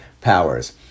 powers